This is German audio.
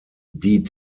die